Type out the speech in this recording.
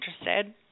interested